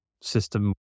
system